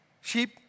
sheep